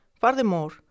Furthermore